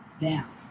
down